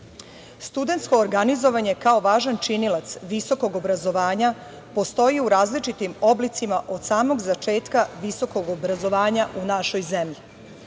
studentsko organizovanje kao važan činilac visokog obrazovanja postoji u različitim oblicima od samog začetka visokog obrazovanja u našoj zemlji. Zakonom